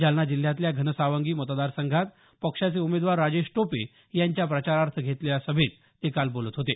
जालना जिल्ह्यातल्या घनसावंगी मतदारसंघात पक्षाचे उमेदवार राजेश टोपे यांच्या प्रचारार्थ घेतलेल्या सभेत ते काल बोलत होते